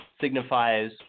signifies